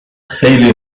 خیلی